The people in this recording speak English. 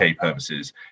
purposes